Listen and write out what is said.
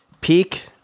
Peak